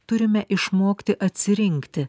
turime išmokti atsirinkti